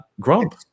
Grump